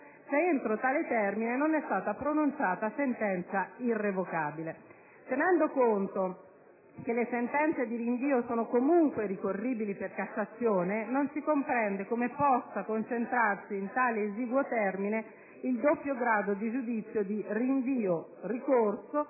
se, entro tale termine, non è stata pronunciata sentenza irrevocabile. Tenendo conto che le sentenze di rinvio sono comunque ricorribili per Cassazione, non si comprende come possa concentrarsi, in tale esiguo termine, il doppio grado di giudizio di rinvio e ricorso,